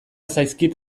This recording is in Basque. zaizkit